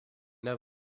der